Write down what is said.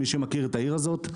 מי שמכיר את העיר הזאת,